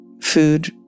Food